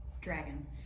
dragon